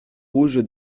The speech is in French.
rouge